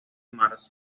marzo